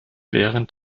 während